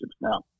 now